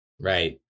Right